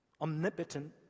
omnipotent